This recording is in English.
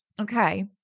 okay